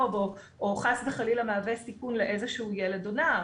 או חס וחלילה מהווה סיכון לאיזשהו ילד או נער,